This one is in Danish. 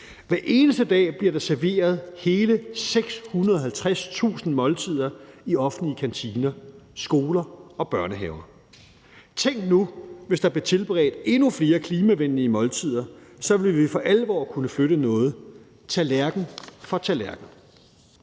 Hver eneste dag bliver der serveret hele 650.000 måltider i de offentlige kantiner, skoler og børnehaver. Tænk nu, hvis der blev tilberedt endnu flere klimavenlige måltider – så ville vi for alvor kunne flytte noget tallerken for tallerken.